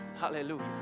hallelujah